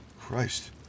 Christ